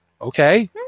Okay